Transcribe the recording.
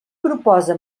proposa